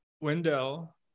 Wendell